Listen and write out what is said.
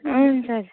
हुन्छ